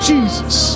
Jesus